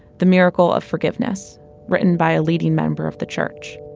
the miracle of forgiveness written by a leading member of the church